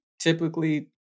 typically